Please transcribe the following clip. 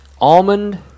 Almond